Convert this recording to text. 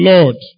Lord